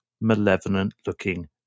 malevolent-looking